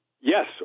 Yes